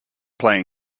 play